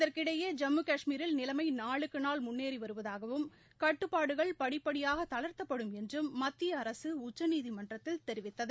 இதற்கிடையே ஜம்மு கஷ்மீரில் நிலைமை நாளுக்கு நாள் முன்னேறி வருவதாகவும் கட்டுப்பாடுகள் படிப்படியாக தளர்த்தப்படும் என்றும் மத்திய அரசு உச்சநீதிமன்றத்தில் தெரிவித்தது